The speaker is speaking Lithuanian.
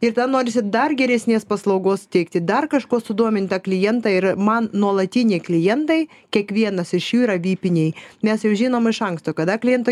ir tada norisi dar geresnės paslaugos teikti dar kažkuo sudomint tą klientą ir man nuolatiniai klientai kiekvienas iš jų yra vipiniai mes jau žinom iš anksto kada kliento